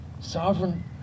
sovereign